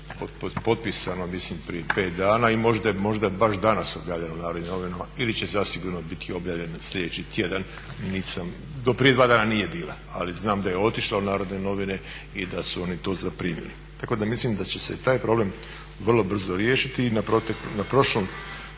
potpisano mislim prije 5 dana i možda je baš danas objavljeno u Narodnim novinama ili će zasigurno biti objavljeno sljedeći tjedan, nisam, do prije 2 dana nije bila ali znam da je otišlo u Narodne novine i da su oni to zaprimili. Tako da mislim da će se i taj problem vrlo brzo riješiti i na prošlom